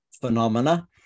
phenomena